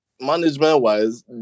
Management-wise